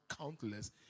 countless